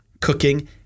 cooking